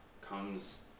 comes